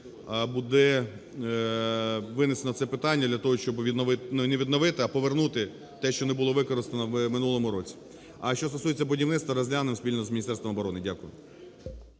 буде винесено це питання для того, щоб не відновити, а повернути те, що не було використано в минулому році. А що стосується будівництва, розглянемо спільно з Міністерством оборони. Дякую.